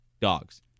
Dogs